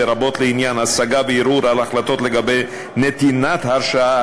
לרבות לעניין השגה וערעור על החלטות לגבי נתינת הרשאה,